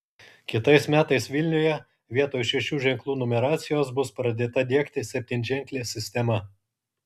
kitais metais vilniuje vietoj šešių ženklų numeracijos bus pradėta diegti septynženklė sistema